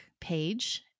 page